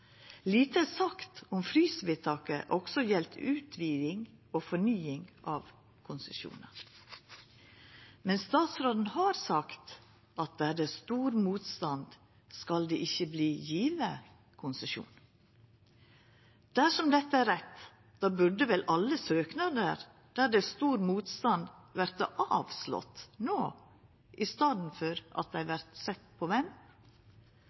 Lite er sagt om frysvedtaket også gjeld utviding og fornying av konsesjonar. Men statsråden har sagt at der det er stor motstand, skal det ikkje verta gjeve konsesjon. Dersom dette er rett, burde vel alle søknader der det er stor motstand, verta avslått no, i staden for at dei vert sette på